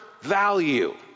value